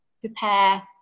prepare